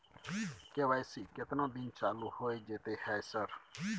KYC केतना दिन चालू होय जेतै है सर?